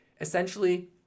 essentially